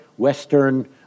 Western